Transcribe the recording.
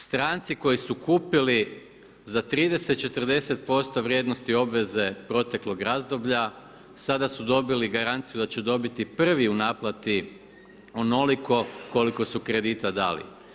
Stranci koji su kupili za 30, 40% vrijednosti obveze proteklog razdoblja, sada su dobili garanciju da će dobiti prvi u naplati onoliko koliko su kredita dali.